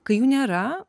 kai jų nėra